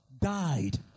died